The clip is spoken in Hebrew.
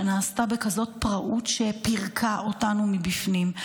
שנעשתה בכזאת פראות שפירקה אותנו מבפנים.